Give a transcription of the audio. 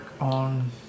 on